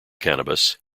cannabis